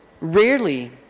Rarely